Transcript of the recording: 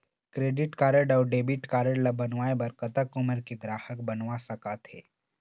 Credit card अऊ debit card ला बनवाए बर कतक उमर के ग्राहक बनवा सका थे?